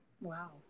Wow